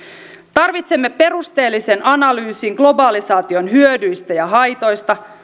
tarvitsemme perusteellisen analyysin globalisaation hyödyistä ja haitoista